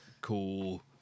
cool